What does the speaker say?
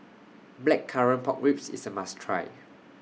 Blackcurrant Pork Ribs IS A must Try